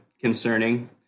concerning